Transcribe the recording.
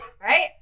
Right